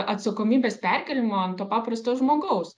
atsakomybės perkėlimo ant to paprasto žmogaus